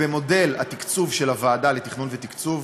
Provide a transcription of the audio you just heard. במודל התקצוב של הוועדה לתכנון ותקצוב